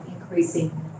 increasing